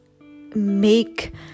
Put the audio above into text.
make